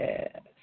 Yes